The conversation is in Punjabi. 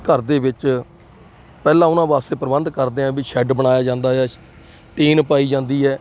ਘਰ ਦੇ ਵਿੱਚ ਪਹਿਲਾਂ ਉਹਨਾਂ ਵਾਸਤੇ ਪ੍ਰਬੰਧ ਕਰਦੇ ਹਾਂ ਵੀ ਸ਼ੈਡ ਬਣਾਇਆ ਜਾਂਦਾ ਹੈ ਟੀਨ ਪਾਈ ਜਾਂਦੀ ਹੈ